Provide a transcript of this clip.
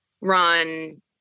run